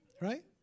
right